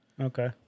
Okay